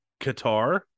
qatar